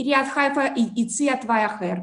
עיריית חיפה הציעה תוואי אחר,